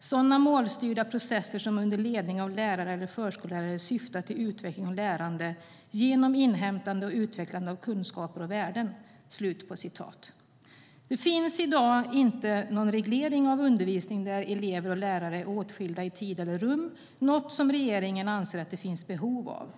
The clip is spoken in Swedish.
"sådana målstyrda processer som under ledning av lärare eller förskollärare syftar till utveckling och lärande genom inhämtande och utvecklande av kunskaper och värden".Det finns i dag inte någon reglering av undervisning där elever och lärare är åtskilda i tid eller rum - något som regeringen anser att det finns behov av.